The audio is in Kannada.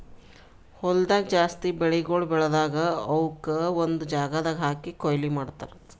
ಹೊಲ್ದಾಗ್ ಜಾಸ್ತಿ ಬೆಳಿಗೊಳ್ ಬೆಳದಾಗ್ ಅವುಕ್ ಒಂದು ಜಾಗದಾಗ್ ಹಾಕಿ ಕೊಯ್ಲಿ ಮಾಡ್ತಾರ್